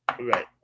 Right